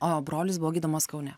o brolis buvo gydomas kaune